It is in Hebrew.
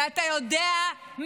ואתה יודע,